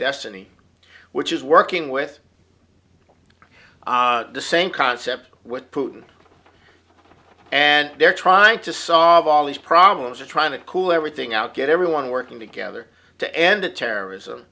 destiny which is working with the same concept with putin and they're trying to solve all these problems are trying to cool everything out get everyone working together to end terrorism